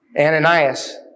Ananias